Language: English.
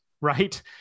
right